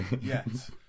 Yes